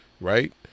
right